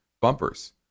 bumpers